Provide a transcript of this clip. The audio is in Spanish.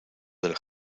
del